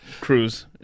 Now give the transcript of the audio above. cruise